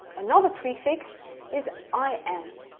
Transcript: another prefix is i n,